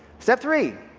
set three,